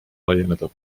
laieneda